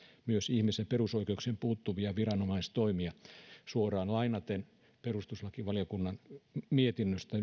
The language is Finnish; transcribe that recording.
myös ihmisen perusoikeuksiin puuttuvia viranomaistoimia suoraan lainaten perustuslakivaliokunnan mietinnöstä